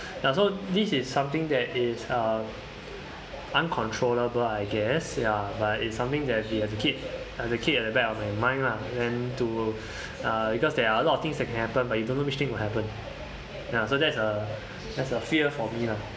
ya so this is something that is uh uncontrollable I guess ya but it's something that we have to keep have to keep in the back of my mind lah and to uh because there are a lot of things that can happen but you don't which thing will happen ya so that's a that's a fear for me lah